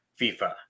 FIFA